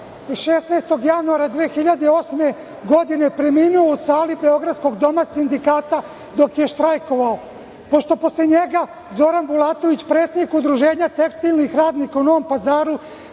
16. januara 2008. godine, preminuo u sali beogradskog Doma sindikata, dok je štrajkovao. Posle njega, Zoran Bulatović, predsednik Udruženja tekstilnih radnika u Novom Pazaru,